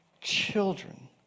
children